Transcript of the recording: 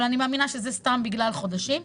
אבל אני מאמינה שזה סתם בגלל חודשים.